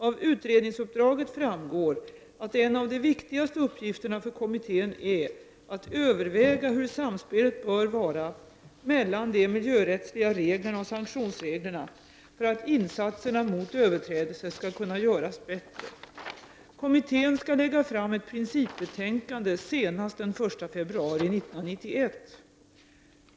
Av utredningsuppdraget framgår att en av de viktigaste uppgifterna för kommittén är att överväga hur samspelet bör vara mellan de miljörättsliga reglerna och sanktionsreglerna för att insatserna mot överträdelser skall kunna göras bättre. Kommittén skall lägga fram ett principbetänkande senast den 1 februari 1991.